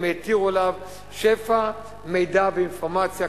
הם העתירו עליו שפע מידע ואינפורמציה,